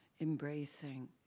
embracing